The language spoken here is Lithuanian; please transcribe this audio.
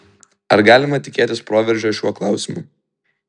ar galima tikėtis proveržio šiuo klausimu